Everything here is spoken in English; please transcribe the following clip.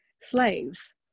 Slaves